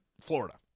Florida